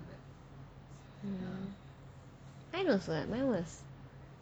mine was like mine was